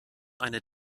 eine